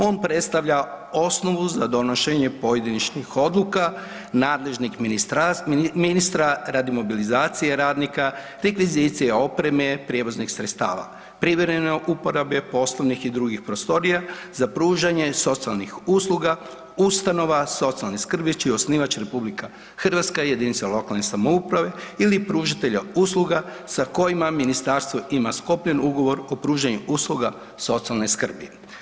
On predstavlja osnovu za donošenje pojedinačnih odluka nadležnih ministra radi mobilizacije radnika, rekvizicije opreme prijevoznih sredstava, privremene uporabe poslovnih i drugih prostorija za pružanje socijalnih usluga, ustanova socijalne skrbi čiji je osnivač RH jedinica lokalne samouprave ili pružatelja usluga sa kojima ministarstvo ima sklopljen ugovor o pružanju usluga socijalne skrbi.